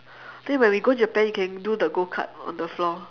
then when we go japan you can do the go kart on the floor